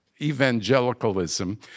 evangelicalism